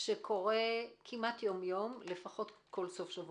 שקורה כמעט יום-יום, לפחות כל סוף שבוע,